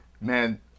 Man